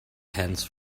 hands